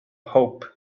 hope